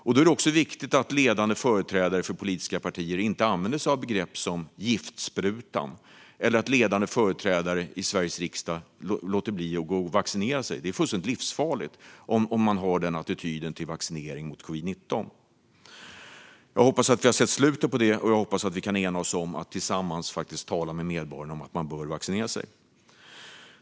Det är även viktigt att ledande företrädare för politiska partier inte använder sig av begrepp som "giftsprutan" och att ledande företrädare i Sveriges riksdag inte låter bli att gå och vaccinera sig. Det är fullständigt livsfarligt om man har den attityden till vaccinering mot covid-19. Jag hoppas att vi har sett slutet på detta, och jag hoppas att vi kan enas om att tillsammans tala med medborgarna om att man bör vaccinera sig.